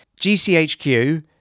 GCHQ